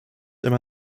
noch